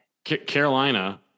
Carolina